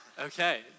Okay